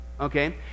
Okay